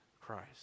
Christ